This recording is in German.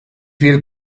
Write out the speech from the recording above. will